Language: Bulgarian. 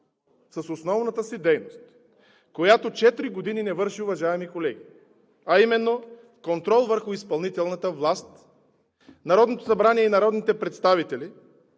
с основната си дейност! – която четири години не върши, уважаеми колеги, а именно контрол върху изпълнителната власт. Народното събрание и народните представители